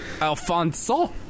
Alfonso